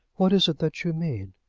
what is it that you mean?